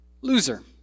Loser